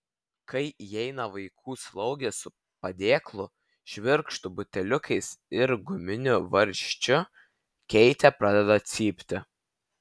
kai įeina vaikų slaugė su padėklu švirkštu buteliukais ir guminiu varžčiu keitė pradeda cypti